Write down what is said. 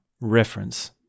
reference